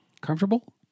comfortable